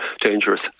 dangerous